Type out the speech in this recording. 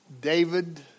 David